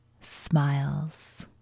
smiles